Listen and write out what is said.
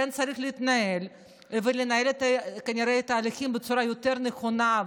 כן צריך להתנהל ולנהל כנראה את התהליכים בצורה יותר נכונה.